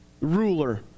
ruler